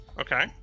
Okay